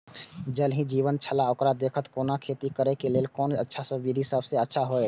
ज़ल ही जीवन छलाह ओकरा देखैत कोना के खेती करे के लेल कोन अच्छा विधि सबसँ अच्छा होयत?